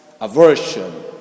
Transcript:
aversion